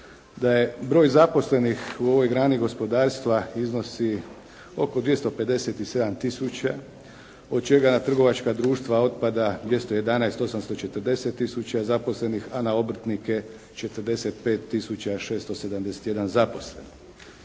broj zaposlenih u ovoj grani gospodarstva iznosi oko 257 tisuća, od čega na trgovačka društva otpada 211 tisuća 840 zaposlenih, a na obrtnike 45 tisuća 671 zaposlen.